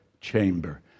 chamber